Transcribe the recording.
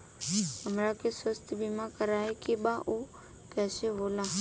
हमरा के स्वास्थ्य बीमा कराए के बा उ कईसे होला?